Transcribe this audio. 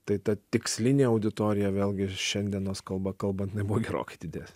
tai ta tikslinė auditorija vėlgi šiandienos kalba kalbant jinai buvo gerokai dides